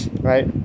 right